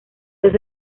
los